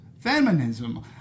feminism